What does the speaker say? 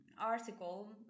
article